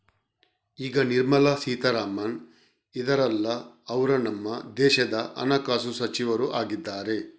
ಈಗ ನಿರ್ಮಲಾ ಸೀತಾರಾಮನ್ ಇದಾರಲ್ಲ ಅವ್ರು ನಮ್ಮ ದೇಶದ ಹಣಕಾಸು ಸಚಿವರು ಆಗಿದ್ದಾರೆ